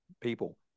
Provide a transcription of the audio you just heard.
people